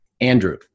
Andrew